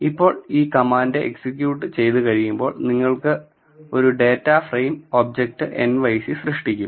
ഇപ്പോൾ ഈ command execute ചെയ്തുകഴിയുമ്പോൾ അത് ഒരു ഡാറ്റ ഫ്രെയിം ഒബ്ജക്റ്റ് nyc സൃഷ്ടിക്കും